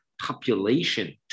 population